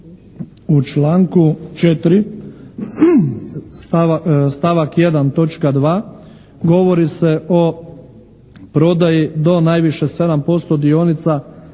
U članku 4. stavak 1. točka 2. govori se o prodaji do najviše 7% dionica